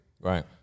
right